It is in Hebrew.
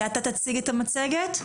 אתה תציג את המצגת?